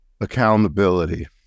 accountability